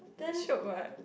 shiok what